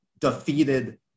defeated